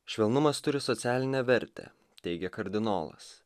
švelnumas turi socialinę vertę teigia kardinolas